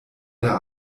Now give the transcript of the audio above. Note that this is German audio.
der